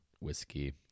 whiskey